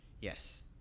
Yes